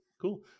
Cool